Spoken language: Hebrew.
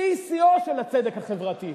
שיא שיאו של הצדק החברתי.